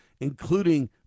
including